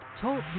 Talk